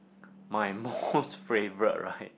my most favourite right